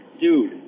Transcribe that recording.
dude